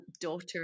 daughter